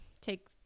take